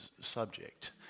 subject